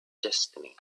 destiny